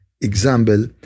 example